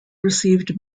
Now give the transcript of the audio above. received